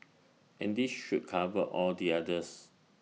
and this should cover all the others